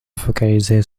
focaliser